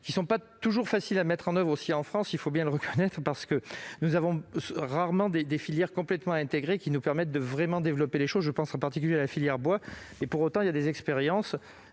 qui ne sont pas toujours faciles à mettre en oeuvre en France- il faut bien le reconnaître -, parce que nous disposons rarement de filières complètement intégrées nous permettant un véritable développement- je pense en particulier à la filière bois. Pour autant, des expériences